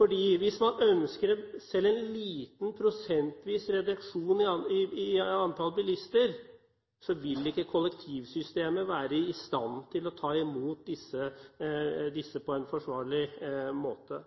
Selv om man ønsker bare en liten prosentvis reduksjon i antall bilister, vil ikke kollektivsystemet være i stand til å ta imot disse på en forsvarlig måte.